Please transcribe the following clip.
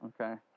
Okay